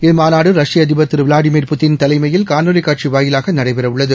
இம்மாநாடு ரஷ்ய அதிபர் திரு விளாடிமிர் புதின் தலைமையில் காணொலி காட்சி வாயிலாக நடைபெறவுள்ளது